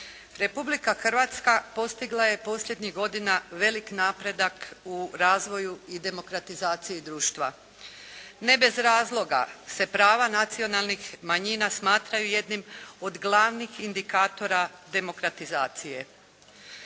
Republika Hrvatska postigla je posljednjih godina veliki napredak u razvoju i demokratizaciji društva. Ne bez razloga se prava nacionalnih manjina smatraju jednim od glavnih indikatora demokratizacije.